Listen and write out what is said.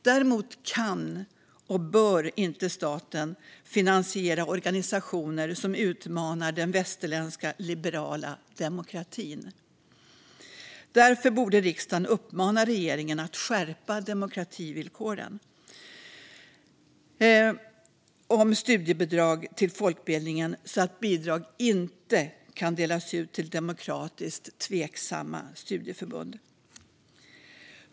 Däremot kan och bör inte staten finansiera organisationer som utmanar den västerländska liberala demokratin. Därför borde riksdagen uppmana regeringen att skärpa demokrativillkoren för studiebidrag till folkbildningen så att bidrag inte kan delas ut till demokratiskt tveksamma studieförbund.